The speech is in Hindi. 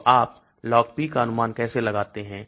तो आप LogP का अनुमान कैसे लगाते हैं